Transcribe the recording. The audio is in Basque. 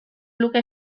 luke